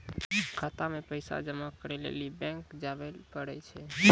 खाता मे पैसा जमा करै लेली बैंक जावै परै छै